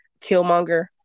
Killmonger